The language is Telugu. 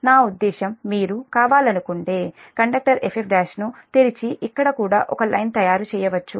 నా ఉద్దేశ్యం మీరు కావాలనుకుంటే మీరు కండక్టర్ F F1 ను తెరిచి ఇక్కడ కూడా ఒక లైన్ తయారు చేయవచ్చు